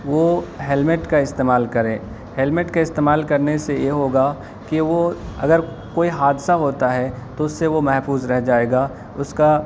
وہ ہیلمٹ کا استعمال کرے ہیلمٹ کا استعمال کرنے سے یہ ہوگا کہ وہ اگر کوئی حادثہ ہوتا ہے تو اس سے وہ محفوظ رہ جائے گا اس کا